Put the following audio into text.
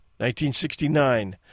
1969